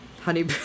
Honey